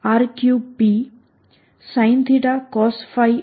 તો આ પોટેન્શિયલ છે